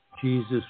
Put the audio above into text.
Jesus